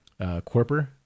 Corpor